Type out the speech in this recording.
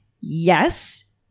yes